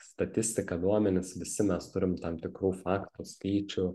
statistiką duomenis visi mes turim tam tikrų faktų skaičių